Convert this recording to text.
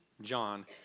John